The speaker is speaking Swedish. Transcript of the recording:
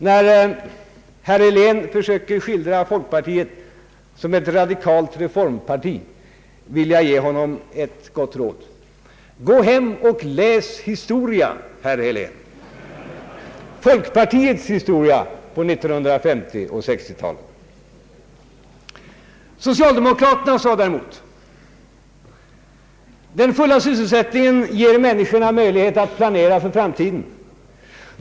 När herr Helén försöker skildra folkpartiet som ett radikalt reformparti, vill jag ge honom ett gott råd: Gå hem och läs historia, herr Helén — folkpartiets historia från 1950 och 1960-talen! Socialdemokraterna sade däremot: Den fulla sysselsättningen ger människorna möjlighet att planera för framtiden.